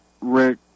Rick